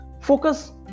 focus